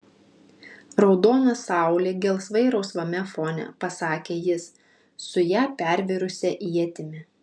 raudona saulė gelsvai rausvame fone pasakė jis su ją pervėrusia ietimi